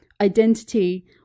identity